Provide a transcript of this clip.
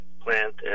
plant